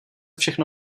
všechno